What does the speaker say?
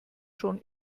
schon